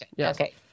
okay